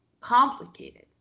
complicated